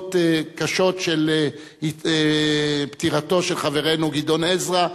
בנסיבות קשות של פטירתו של חברנו גדעון עזרא,